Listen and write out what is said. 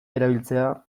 erabiltzea